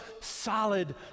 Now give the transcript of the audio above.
solid